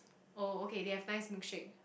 oh okay they have nice milkshake